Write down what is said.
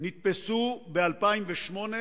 נתפסו ב-2008